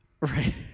Right